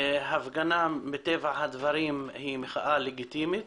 הפגנה מטבע הדברים היא מחאה לגיטימית